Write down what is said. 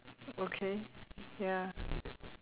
okay ya